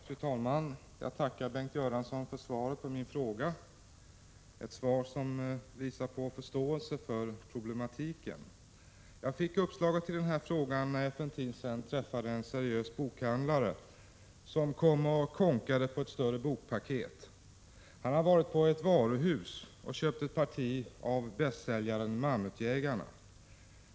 Fru talman! Jag tackar Bengt Göransson för svaret på min fråga, ett svar som visar på förståelse för problematiken. Uppslaget till frågan fick jag när jag för en tid sedan träffade en seriös bokhandlare som kom och kånkade på ett större bokpaket. Han hade varit på ett varuhus och köpt ett parti av bästsäljaren Mammutjägarna.